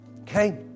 okay